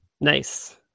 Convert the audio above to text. Nice